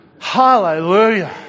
Hallelujah